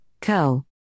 Co